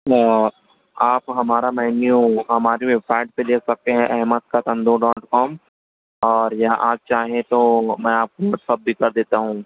نیا آپ ہمارا مینیو ہماری ویب سائٹ پہ دیکھ سکتے ہیں احمد کا تندور ڈاٹ کام اور یا آپ چاہیں تو میں آپ کو واٹس ایپ بھی کر دیتا ہوں